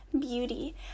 beauty